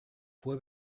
fue